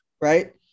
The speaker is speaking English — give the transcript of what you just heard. right